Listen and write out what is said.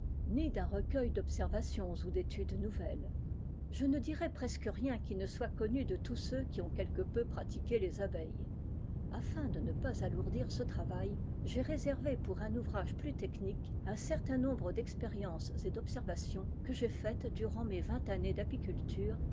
ni d'un recueil d'observations ou d'études nouvelles je ne dirai presque rien qui ne soit connu de tous ceux qui ont quelque peu pratiqué les abeilles afin de ne pas alourdir ce travail j'ai réservé pour un ouvrage plus technique un certain nombre d'expériences et d'observations que j'ai faites durant mes vingt années d'apiculture